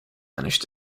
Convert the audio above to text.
managed